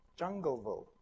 Jungleville